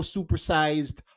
Supersized